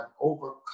overcome